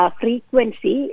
frequency